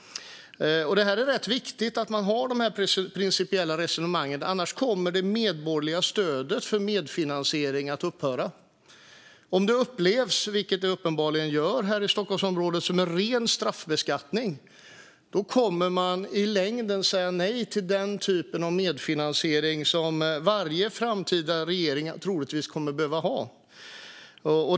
Det är rätt viktigt att man har dessa principiella resonemang. Annars kommer det medborgerliga stödet för medfinansiering att upphöra. Om det, vilket uppenbarligen är fallet här i Stockholmsområdet, upplevs som en ren straffbeskattning kommer man i längden att säga nej till den typ av medfinansiering som varje framtida regering troligtvis kommer att behöva ha.